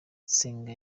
nsenga